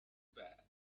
bad